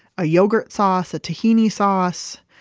a yogurt sauce, a tahini sauce.